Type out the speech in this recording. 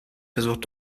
versucht